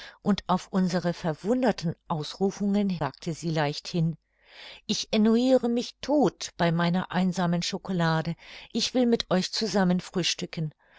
und auf unsere verwunderten ausrufungen sagte sie leichthin ich ennuyire mich todt bei meiner einsamen chocolade ich will mit euch zusammen frühstücken